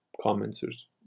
comments